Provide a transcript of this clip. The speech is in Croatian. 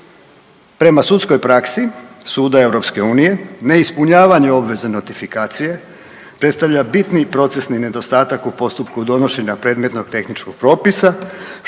Prema sudskoj praski suda EU, ne ispunjavanje obveze notifikacije predstavlja bitni procesni nedostatak u postupku donošenja predmetnog tehničkog propisa,